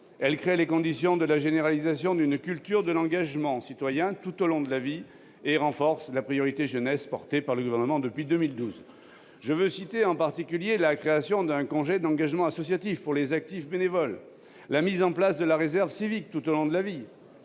Elle crée les conditions de la généralisation d'une culture de l'engagement citoyen tout au long de la vie et renforce la priorité à la jeunesse portée par le Gouvernement depuis 2012. Je veux citer, en particulier, la création d'un congé d'engagement associatif pour les actifs bénévoles, la mise en place de la réserve civique tout au long de la vie,